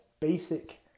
basic